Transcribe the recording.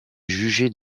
jugée